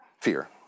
Fear